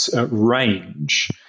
range